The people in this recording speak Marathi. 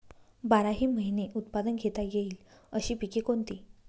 बाराही महिने उत्पादन घेता येईल अशी पिके कोणती?